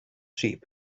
sheep